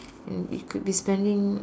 you could be spending